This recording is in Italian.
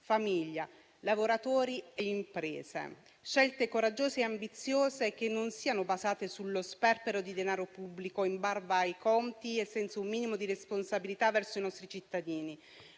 famiglia, lavoratori e imprese; scelte coraggiose e ambiziose che non siano basate sullo sperpero di denaro pubblico, in barba ai conti e senza un minimo di responsabilità verso i nostri cittadini.